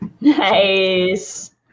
Nice